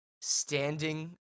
standing